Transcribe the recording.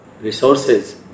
resources